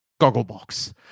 Gogglebox